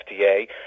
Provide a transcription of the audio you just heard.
FDA